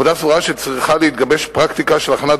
הוועדה סבורה שצריכה להתגבש פרקטיקה של הכנת